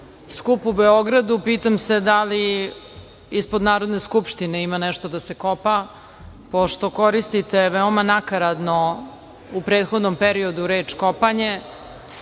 skup u Beogradu pitam se da li ispod Narodne skupštine ima nešto da se kopa, pošto koristite veoma nakaradno u prethodnom periodu reč „kopanje“